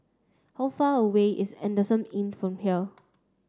how far away is Adamson Inn from here